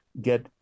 get